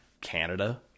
Canada